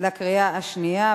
בקריאה שנייה.